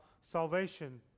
salvation